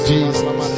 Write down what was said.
Jesus